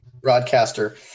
broadcaster